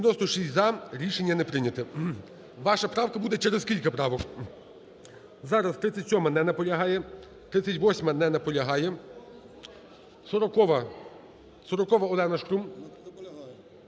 За-96 Рішення не прийнято. Ваша правка буде через скільки правок? Зараз, 37-а. Не наполягає. 38-а. Не наполягає. 40-а. Олена Шкрум.